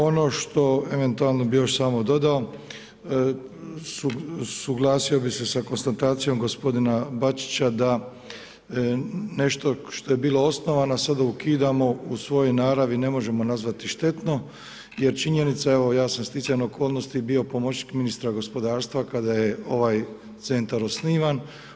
Ono što eventualno bih još samo dodao, suglasio bih se sa konstatacijom gospodina BAčića da nešto što je bilo osnovano sada ukidamo u svojoj naravi ne možemo nazvati štetno jer činjenica je ja sam sticajem okolnosti bio pomoćnik ministra gospodarstva kada je ovaj centar osnivan.